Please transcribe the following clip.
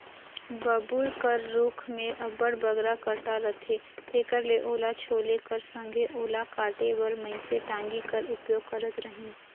बबूर कर रूख मे अब्बड़ बगरा कटा रहथे तेकर ले ओला छोले कर संघे ओला काटे बर मइनसे टागी कर उपयोग करत रहिन